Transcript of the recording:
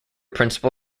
principal